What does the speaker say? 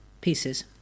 pieces